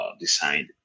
designed